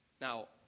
Now